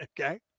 Okay